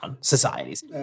societies